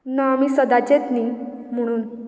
ना आमी सदांचेच न्ही म्हुणून